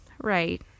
Right